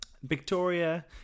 Victoria